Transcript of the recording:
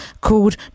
called